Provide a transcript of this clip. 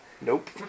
Nope